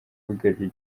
wigaruriye